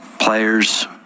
players